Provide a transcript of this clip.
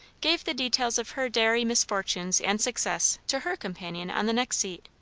gave the details of her dairy misfortunes and success to her companion on the next seat.